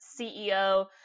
CEO